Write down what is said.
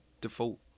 default